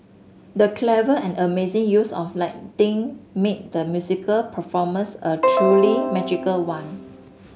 the clever and amazing use of lighting made the musical performance a truly magical one